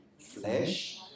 flesh